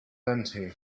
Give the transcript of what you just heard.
empty